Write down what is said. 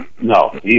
No